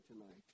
tonight